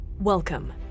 Welcome